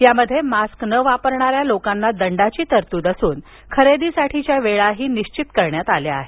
यामध्ये मास्क न वापरणाऱ्या लोकांना दंडाची तरतूद असून खरेदीसाठीच्या वेळा निश्वित करण्यात आल्या आहेत